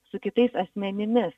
su kitais asmenimis